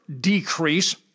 decrease